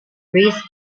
risk